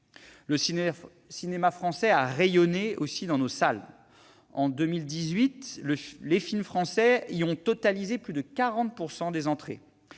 Le cinéma français a rayonné aussi dans nos salles. En 2018, les films français y ont représenté plus de 40 % des entrées.